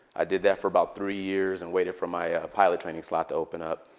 i did that for about three years and waited for my pilot training slot to open up.